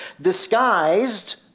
disguised